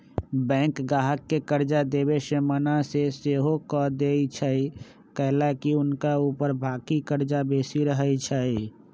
bank गाहक के कर्जा देबऐ से मना सएहो कऽ देएय छइ कएलाकि हुनका ऊपर बाकी कर्जा बेशी रहै छइ